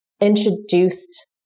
introduced